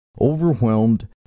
Overwhelmed